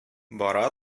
бара